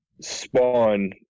spawn